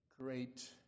great